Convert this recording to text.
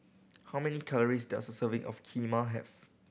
how many calories does a serving of Kheema have